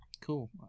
Cool